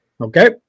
okay